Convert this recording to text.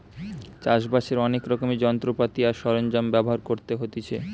চাষ বাসের অনেক রকমের যন্ত্রপাতি আর সরঞ্জাম ব্যবহার করতে হতিছে